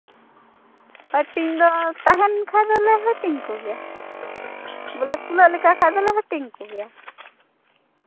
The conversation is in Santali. ᱦᱟᱹᱴᱤᱧ ᱫᱚ ᱛᱟᱦᱮᱱ ᱠᱷᱟᱱ ᱫᱚᱞᱮ ᱦᱟᱹᱴᱤᱧ ᱠᱚᱜᱮᱭᱟ ᱵᱚᱞᱮ ᱠᱩᱞᱟᱹᱜ ᱞᱮᱠᱟ ᱠᱷᱟᱱ ᱫᱚᱞᱮ ᱦᱟᱹᱴᱤᱧ ᱠᱚᱜᱮᱭᱟ